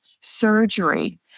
surgery